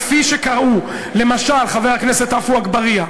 כפי שקרא למשל חבר הכנסת עפו אגבאריה,